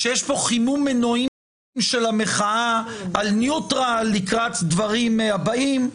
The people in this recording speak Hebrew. שיש כאן חימום מנועים של המחאה על ניוטרל לקראת הדברים הבאים.